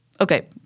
Okay